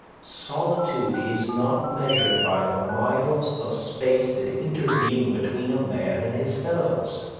solitude is not measured by the miles of space that intervene between a man and his fellows.